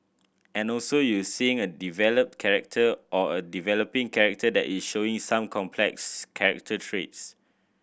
and also you're seeing a developed character or a developing character that is showing some complex character traits